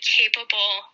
capable